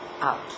out